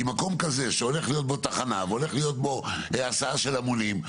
כי מקום כזה שהולך להיות בו תחנה והולך להיות בו הסעה של המונים,